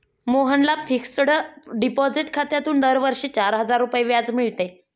मोहनला fixed deposit खात्यातून दरवर्षी चार हजार रुपये व्याज मिळते